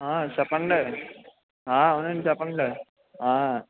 చెప్పండి అవునండి చెప్పండి సార్